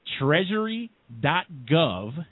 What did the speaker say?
treasury.gov